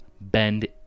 bend